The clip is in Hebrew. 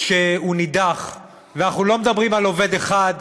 שהוא נידח, ואנחנו לא מדברים על עובד אחד שסרח.